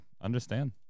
Understand